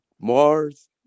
Mars